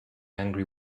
angry